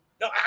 No